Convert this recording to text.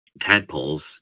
tadpoles